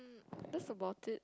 that's about it